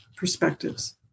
perspectives